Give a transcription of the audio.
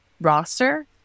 roster